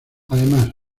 además